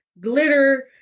Glitter